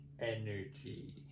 energy